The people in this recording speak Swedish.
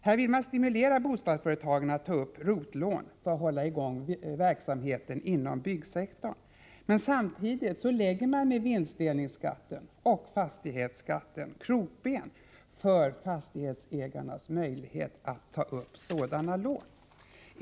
Här vill man stimulera bostadsföretagen att ta upp ROT-lån för att hålla i gång verksamheten inom byggsektorn, men samtidigt lägger man med vinstdelningsskatten och fastighetsskatten krokben för fastighetsägarnas möjlighet att ta upp sådana lån.